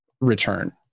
return